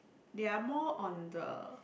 they are more on the